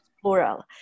plural